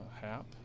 Hap